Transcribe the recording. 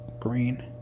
Green